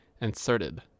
inserted